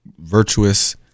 Virtuous